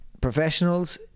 professionals